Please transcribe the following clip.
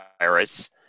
Virus